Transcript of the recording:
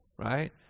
right